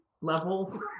level